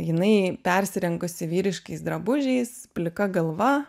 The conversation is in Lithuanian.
jinai persirengusi vyriškais drabužiais plika galva